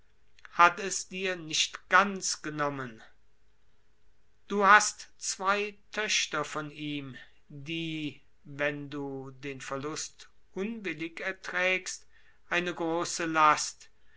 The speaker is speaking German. hat es dir nicht ganz genommen du hast zwei töchter von ihm die wenn du unwillig erträgst eine große last